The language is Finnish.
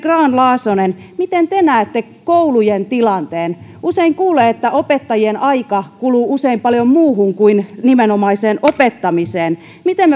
grahn laasonen miten te näette koulujen tilanteen usein kuulee että opettajien aika kuluu usein paljon muuhun kuin nimenomaiseen opettamiseen miten